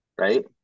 right